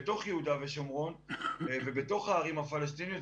בתוך יהודה ושומרון ובתוך הערים הפלסטיניות,